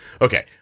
Okay